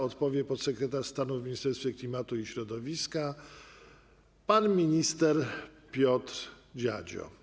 Odpowie podsekretarz stanu w Ministerstwie Klimatu i Środowiska pan minister Piotr Dziadzio.